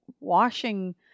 washing